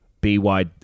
B-Y